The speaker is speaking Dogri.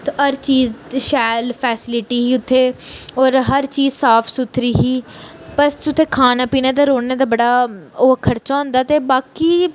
उत्थै हर चीज़ शैल फैसिलिटी ही उत्थें होर हर चीज़ साफ सुथरी ही बस उत्थें खाना पीना ते रौह्ने दा बड़ा ओह् खर्चा होंदा ते बाकी